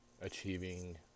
achieving